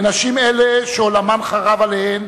לנשים אלה, שעולמן חרב עליהן,